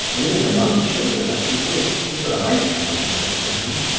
living among children as he did, is what i cannot understand.